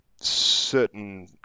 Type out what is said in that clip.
certain